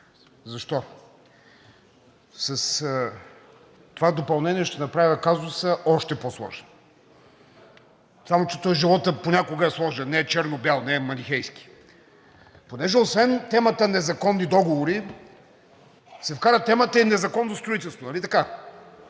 Защо? С това допълнение ще направя казуса още по-сложен. Само че той животът понякога е сложен – не е черно-бял, не е манихейски. Понеже освен темата незаконни договори се вкара и темата незаконно строителство,